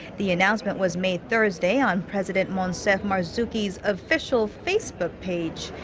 the announcement was made thursday on president moncef marzouki's official facebook page.